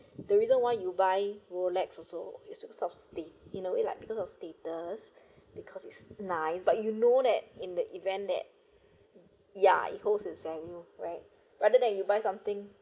the reason why you buy Rolex also you too sustain you know it like because of status because it's nice but you know that in the event that yeah it holds its value right rather than you buy something